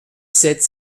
sept